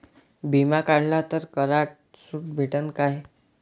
बिमा काढला तर करात सूट भेटन काय?